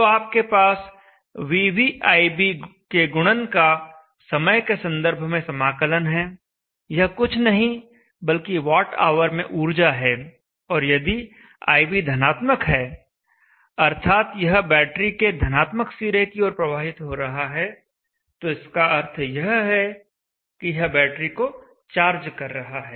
तो आपके पास vb ib के गुणन का समय के संदर्भ में समाकलन है यह कुछ नहीं बल्कि वॉटऑवर में ऊर्जा है और यदि ib धनात्मक है अर्थात् यह बैटरी के धनात्मक सिरे की ओर प्रवाहित हो रहा है तो इसका अर्थ यह है कि यह बैटरी को चार्ज कर रहा है